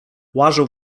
łażę